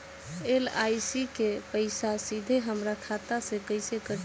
LIC के पईसा सीधे हमरा खाता से कइसे कटी?